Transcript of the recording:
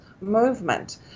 movement